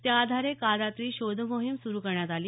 त्याआधारे काल रात्री शोधमोहीम सुरु करण्यात आली